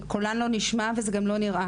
קולן לא נשמע, וזה גם לא נראה.